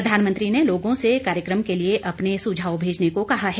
प्रधानमंत्री ने लोगों से कार्यक्रम के लिए अपने सुझाव भेजने को कहा है